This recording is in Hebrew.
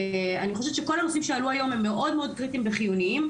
אני חושבת שכל הנושאים שעלו היום הם מאוד קריטיים וחיוניים.